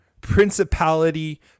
principality